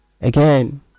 Again